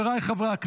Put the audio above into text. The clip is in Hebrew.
רון, כל הכבוד.